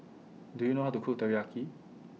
Do YOU know How to Cook Teriyaki